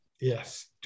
yes